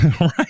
Right